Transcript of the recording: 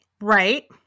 Right